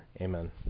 Amen